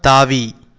தாவி